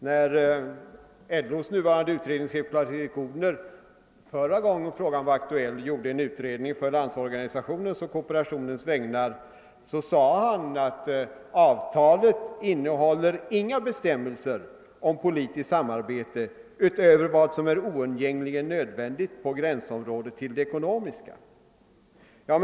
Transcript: När chefen för LO:s utredningsavdelning Clas-Erik Odhner förra gången frågan var aktuell gjorde en utredning å Landsorganisationens och kooperationens vägnar, sade han att avtalet inte innehöll några bestämmelser om politiskt samarbete utöver vad som vore oundgängligen nödvändigt på gränsområdet till det ekonomiska.